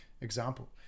example